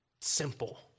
simple